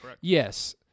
Yes